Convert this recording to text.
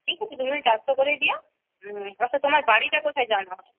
ঠিক আছে তুমি ওই চারশো করেই দিও আচ্ছা তোমার বাড়িটা কোথায় জানাও